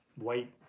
white